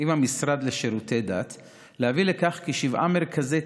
עם המשרד לשירותי דת להביא לכך כי שבעה מרכזי